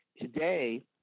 today